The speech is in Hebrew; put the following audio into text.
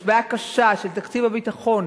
יש בעיה קשה של תקציב הביטחון,